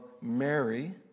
Mary